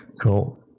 Cool